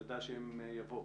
ידע שזה יבוא.